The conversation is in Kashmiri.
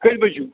کٔژِ بَجہِ ہیوٗ